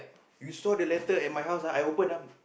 you saw that letter at my house ah I open up